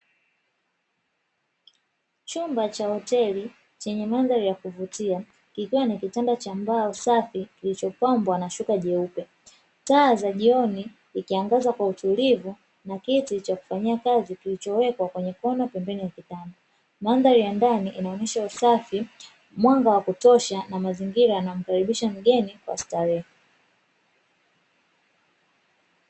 Chumba cha hoteli chenye mandhari ya kuvutia kikiwa ni kitanda cha mbao safi kilichopambwa na shuka jeupe, taa za jioni ikiangaza kwa utulivu na kiti cha kufanyia kazi kilichowekwa kwenye kona pembeni ya kitanda, mandhari ya ndani inaonyesha usafi mwanga wa kutosha na mazingira yanamkaribisha mgeni kwa starehe.